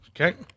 Okay